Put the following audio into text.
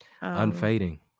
unfading